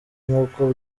nk’uko